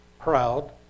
proud